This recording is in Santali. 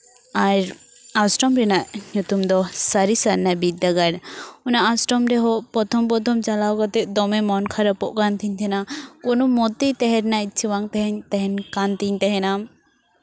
ᱟᱨ ᱟᱥᱨᱚᱢ ᱨᱮᱱᱟᱜ ᱧᱩᱛᱩᱢ ᱫᱚ ᱥᱟᱹᱨᱤ ᱥᱟᱨᱱᱟ ᱵᱤᱫᱽᱫᱟᱹᱜᱟᱲ ᱚᱱᱟ ᱟᱥᱨᱚᱢ ᱨᱮᱦᱚᱸ ᱯᱨᱚᱛᱷᱚᱢ ᱯᱨᱚᱛᱷᱚᱢ ᱪᱟᱞᱟᱣ ᱠᱟᱛᱮᱫ ᱫᱚᱢᱮ ᱢᱚᱱ ᱠᱷᱟᱨᱟᱯᱚᱜ ᱠᱟᱱ ᱛᱤᱧ ᱛᱟᱦᱮᱱᱟ ᱠᱳᱱᱳ ᱢᱚᱛᱮ ᱛᱟᱦᱮᱸ ᱨᱮᱱᱟᱜ ᱤᱪᱪᱷᱟᱹ ᱵᱟᱝ ᱛᱟᱦᱮᱱ ᱛᱟᱦᱮᱸ ᱠᱟᱱ ᱛᱤᱧ ᱛᱟᱦᱮᱱᱟ